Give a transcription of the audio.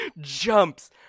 jumps